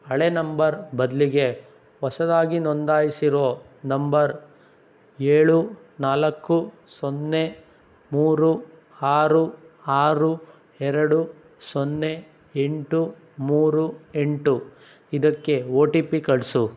ಹಳೇ ನಂಬರ್ ಬದಲಿಗೆ ಹೊಸದಾಗಿ ನೋಂದಾಯಿಸಿರೋ ನಂಬರ್ ಏಳು ನಾಲ್ಕು ಸೊನ್ನೆ ಮೂರು ಆರು ಆರು ಎರಡು ಸೊನ್ನೆ ಎಂಟು ಮೂರು ಎಂಟು ಇದಕ್ಕೆ ಒ ಟಿ ಪಿ ಕಳಿಸು